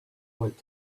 went